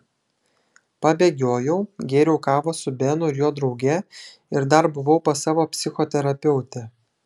pabėgiojau gėriau kavą su benu ir jo drauge ir dar buvau pas savo psichoterapeutę